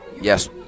Yes